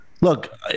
Look